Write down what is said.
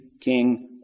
King